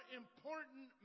important